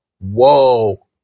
Whoa